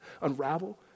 unravel